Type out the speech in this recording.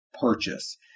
purchase